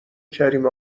کریم